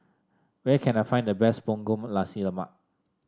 where can I find the best Punggol Nasi Lemak